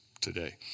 today